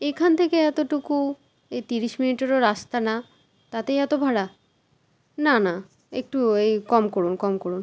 এখান থেকে এতোটুকু এই তিরিশ মিনিটেরও রাস্তা না তাতেই এতো ভাড়া না না একটু এই কম করুন কম করুন